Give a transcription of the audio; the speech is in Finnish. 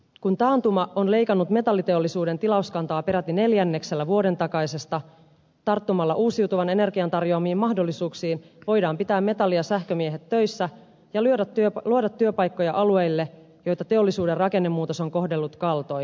kun taantuma on leikannut metalliteollisuuden tilauskantaa peräti neljänneksellä vuoden takaisesta tarttumalla uusiutuvan energian tarjoamiin mahdollisuuksiin voidaan pitää metalli ja sähkömiehet töissä ja luoda työpaikkoja alueille joita teollisuuden rakennemuutos on kohdellut kaltoin